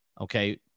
Okay